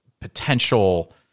potential